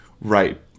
Right